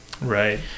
Right